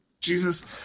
Jesus